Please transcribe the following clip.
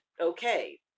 okay